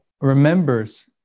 remembers